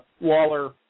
Waller